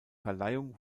verleihung